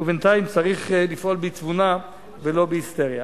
ובינתיים צריך לפעול בתבונה ולא בהיסטריה.